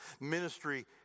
Ministry